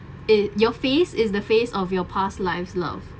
it your face is the face of your past lives love